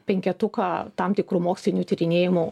penketuką tam tikrų mokslinių tyrinėjimų